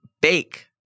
Bake